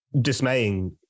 dismaying